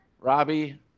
Robbie